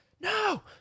no